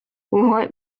what